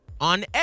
on